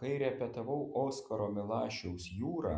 kai repetavau oskaro milašiaus jūrą